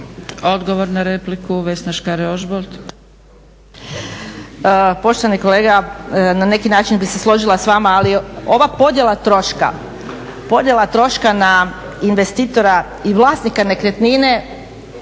Odgovor na repliku Vesna Škare-Ožbolt.